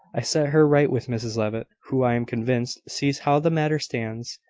i set her right with mrs levitt, who, i am convinced, sees how the matter stands.